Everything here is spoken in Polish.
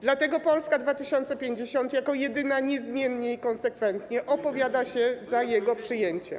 Dlatego Polska 2050 jako jedyna niezmiennie i konsekwentnie opowiada się za jego przyjęciem.